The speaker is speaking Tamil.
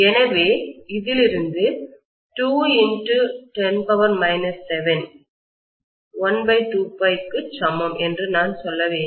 எனவே இதிலிருந்து 210 7 12 க்கு சமம் என்று நான் சொல்ல வேண்டும்